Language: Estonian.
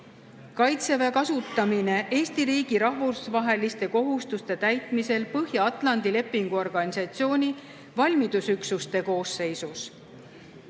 "Kaitseväe kasutamine Eesti riigi rahvusvaheliste kohustuste täitmisel Põhja-Atlandi Lepingu Organisatsiooni valmidusüksuste koosseisus".